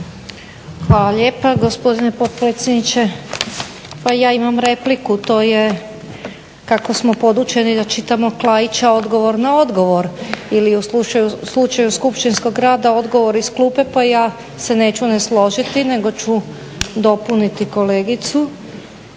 Hvala lijepa gospodine potpredsjedniče. Pa i ja imam repliku. To je kako smo podučeni da čitamo Klaića odgovor na odgovor ili u slučaju skupštinskog rada odgovor iz klupe, pa ja se neću ne složiti, nego ću dopuniti kolegicu